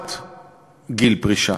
חובת גיל פרישה.